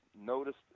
noticed